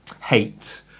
hate